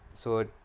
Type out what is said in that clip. so